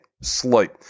sleep